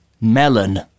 melon